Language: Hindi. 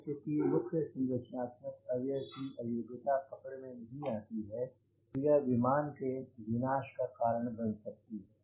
अगर किसी मुख्य संरचनात्मक अवयव की अयोग्यता पकड़ में नहीं आती है तो यह विमान के विनाश का कारण बन सकती है